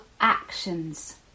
actions